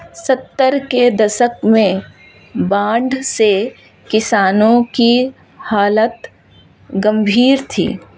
सत्तर के दशक में बाढ़ से किसानों की हालत गंभीर थी